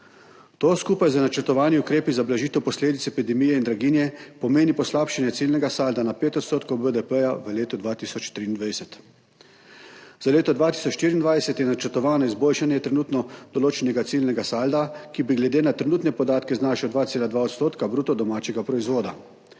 To skupaj z načrtovanimi ukrepi za blažitev posledic epidemije in draginje pomeni poslabšanje ciljnega salda na 5 % BDP v letu 2023. Za leto 2024 je načrtovano izboljšanje trenutno določenega ciljnega salda, ki bi glede na trenutne podatke znašal 2,2 % bruto domačega proizvoda.